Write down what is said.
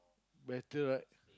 better right